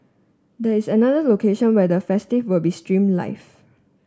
this is another location where the festivities will be streamed live